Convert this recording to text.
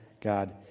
God